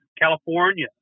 California